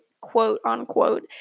quote-unquote